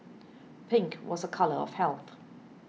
pink was a colour of health